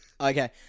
Okay